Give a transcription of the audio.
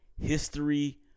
History